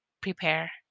prepare